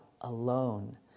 alone